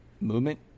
movement